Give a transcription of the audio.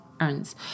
earns